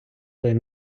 той